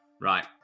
Right